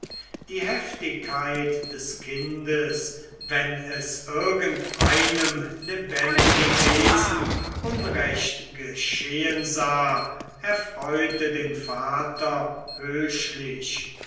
die heftigkeit des kindes wenn es irgendeinem lebendigen wesen unrecht geschehen sah erfreute den vater